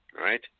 right